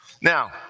Now